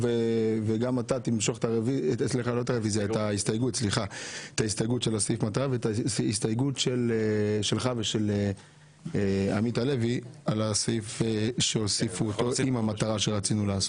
וגם אתה תמשוך את ההסתייגות שלך ושל עמית הלוי לסעיף שהוסיפו עם המטרה.